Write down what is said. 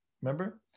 remember